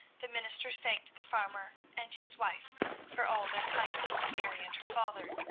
the minister thanked the farmer and his wife for all their kindness to mary and her father.